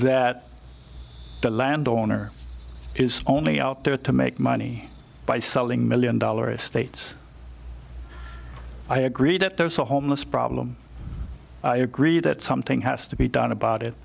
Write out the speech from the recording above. that the landowner is only out there to make money by selling million dollar estates i agree that those who are homeless problem i agree that something has to be done about it